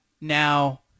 now